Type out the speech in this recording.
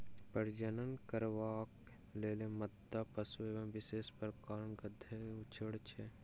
प्रजनन करबाक लेल मादा पशु एक विशेष प्रकारक गंध छोड़ैत छै